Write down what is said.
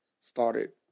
started